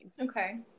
Okay